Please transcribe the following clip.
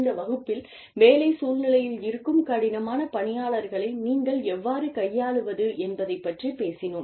இந்த வகுப்பில் வேலை சூழ்நிலையில் இருக்கும் கடினமான பணியாளர் களை நீங்கள் எவ்வாறு கையாளுவது என்பதைப் பற்றிப் பேசுவோம்